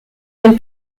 den